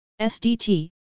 SDT